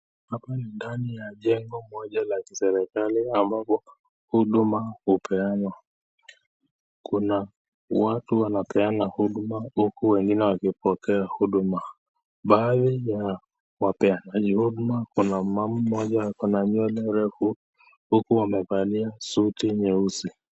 Hapa ni ndani ya jengo moja ya serikali ambapo huduma hupeanwa kuna watu wanaopeana huduma huku wengine wakipokea huduma baadhi yawapeanaji huduma kuna mama moja akona nywele refu huku amevalia suti nyeusi